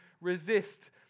resist